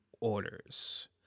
orders